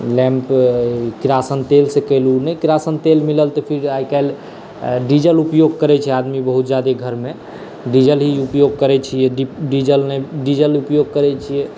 lamp किरासिन तेलसँ कयलहुँ नहि किरासिन तेल मिलल तऽ फेर आइ काल्हि डीजल उपयोग करै छै आदमी बहुत ज्यादा घरमे डीजल ही उपयोग करै छियै डीजल नहि डीजल उपयोग करै छियै